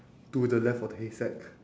to the left of the haystack